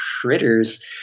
critters